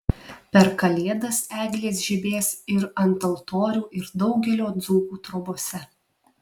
per kalėdas eglės žibės ir ant altorių ir daugelio dzūkų trobose